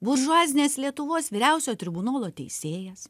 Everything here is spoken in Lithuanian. buržuazinės lietuvos vyriausiojo tribunolo teisėjas